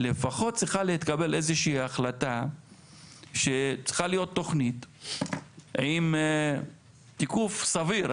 לפחות צריכה להתקבל איזו שהיא החלטה שצריכה להיות תכנית עם תיקוף סביר,